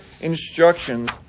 instructions